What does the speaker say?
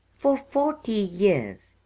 for forty years!